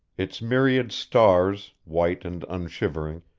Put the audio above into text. its myriad stars, white and unshivering,